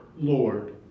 Lord